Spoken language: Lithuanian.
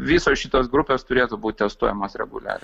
visos šitos grupės turėtų būt testuojamos reguliariai